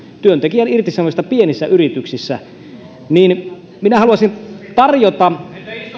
työntekijän irtisanomista pienissä yrityksissä minä haluaisin tarjota